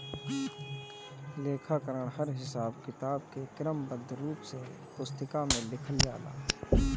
लेखाकरण हर हिसाब किताब के क्रमबद्ध रूप से पुस्तिका में लिखल जाला